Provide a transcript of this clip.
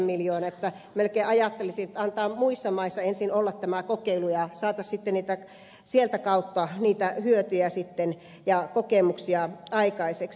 melkein ajattelisin että antaa tämän kokeilun ensin olla muissa maissa ja saataisiin sitä kautta niitä hyötyjä sitten ja kokemuksia aikaiseksi